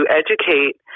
educate